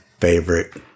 favorite